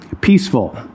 peaceful